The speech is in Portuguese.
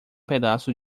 pedaço